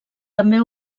també